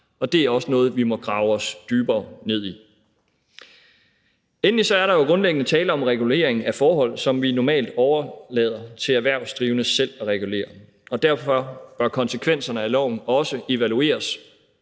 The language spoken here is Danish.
og det er også noget, vi må grave os dybere ned i. Endelig er der jo grundlæggende tale om regulering af forhold, som vi normalt overlader til erhvervsdrivende selv at regulere, og derfor bør konsekvenserne af loven også evalueres